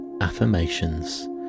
affirmations